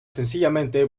sencillamente